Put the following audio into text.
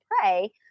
pray